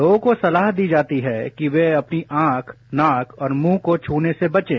लोगों को सलाह दी जाती है कि वे अपनी आंख नाक और मुंह को छूने से बचें